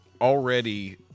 already